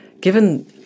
given